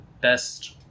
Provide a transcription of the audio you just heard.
best